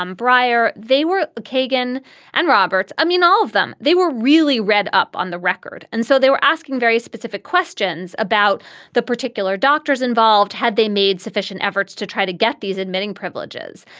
um breyer, they were kagan and roberts. i mean, all of them, they were really read up on the record. and so they were asking very specific questions about the particular doctors involved. had they made sufficient efforts to try to get these admitting privileges?